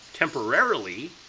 temporarily